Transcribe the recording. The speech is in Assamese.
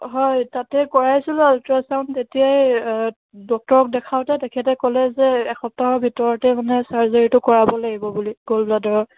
হয় তাতে কৰাইছিলোঁ আল্ট্ৰাচাউণ্ড তেতিয়াই ডক্তৰক দেখাওঁতে তেখেতে ক'লে যে এসপ্তাহৰ ভিতৰতে মানে চাৰ্জাৰীটো কৰাব লাগিব বুলি গ'ল্ড ব্লাডাৰৰ